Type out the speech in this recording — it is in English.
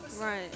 Right